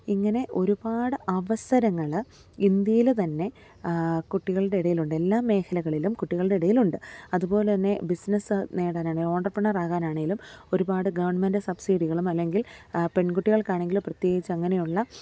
ഇങ്ങനെ ഒരുപാട് അവസരങ്ങൾ ഇന്ത്യയിൽ തന്നെ കുട്ടികളുടെ ഇടയിൽ ഉണ്ട് എല്ലാ മേഖലകളിലും കുട്ടികളുടെ ഇടയിൽ ഉണ്ട് അതുപോലെ തന്നെ ബിസിനസ് നേടാൻ ആണെ ഓൻറ്റ്റപ്രനർ ആകാനാണെങ്കിലും ഒരുപാട് ഗവൺമെൻറ്റ് സബ്സിഡികളും അല്ലെങ്കിൽ പെൺകുട്ടികൾക്കാണെങ്കിൽ പ്രത്യേകിച്ച് അങ്ങനെയുള്ള